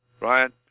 Ryan